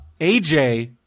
aj